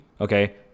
Okay